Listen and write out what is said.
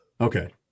Okay